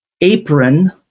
apron